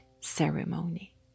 ceremony